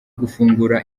gufungura